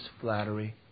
flattery